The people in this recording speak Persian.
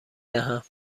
دهم